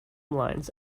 lines